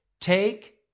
Take